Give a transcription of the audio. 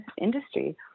industry